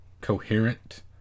coherent